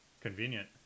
convenient